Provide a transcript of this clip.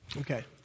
Okay